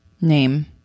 name